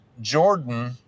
Jordan